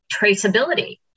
traceability